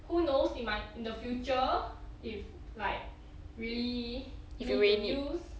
who knows in might in the future if like really need to use